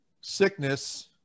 sickness